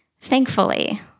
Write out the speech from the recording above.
Thankfully